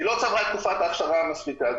היא לא צברה את תקופת ההכשרה המספיקה.